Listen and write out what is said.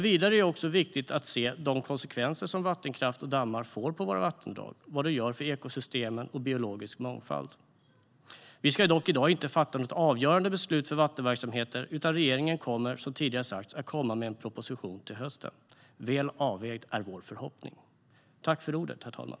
Vidare är det viktigt att se de konsekvenser vattenkraft och dammar får på våra vattendrag, vad de gör för ekosystemen och biologisk mångfald. Vi ska dock i dag inte fatta något avgörande beslut för vattenverksamheter, utan regeringen kommer, som tidigare sagts, att komma med en proposition till hösten. Det är vår förhoppning att den är väl avvägd.